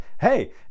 hey